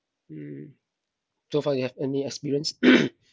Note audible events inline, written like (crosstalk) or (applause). mm so far you have any experience (coughs)